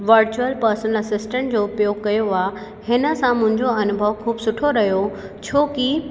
virtual person assistant जो उपयोगु कयो आहे हिन सां मुंहिंजो अनुभव ख़ूब सुठो रहियो छोकी